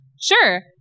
Sure